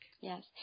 yes